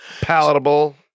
palatable